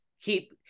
keep